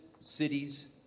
cities